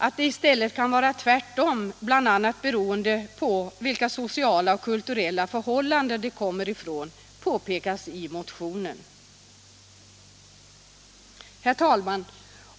Att det i stället kan vara tvärtom, bl.a. beroende på vilka sociala och kulturella förhållanden barnen kommer ifrån, påpekas i motionen. Herr talman!